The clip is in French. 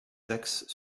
taxe